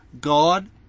God